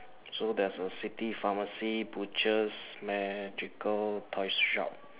so there's a city pharmacy butchers magical toys shop